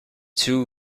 too